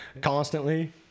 Constantly